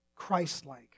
Christ-like